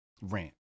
rant